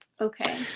Okay